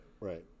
right